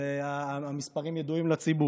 המספרים ידועים לציבור.